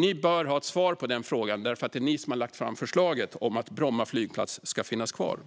Ni bör ha ett svar på den frågan, för det är ni som har lagt fram förslaget att Bromma flygplats ska finnas kvar.